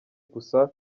gusa